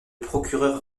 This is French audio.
procureur